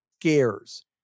scares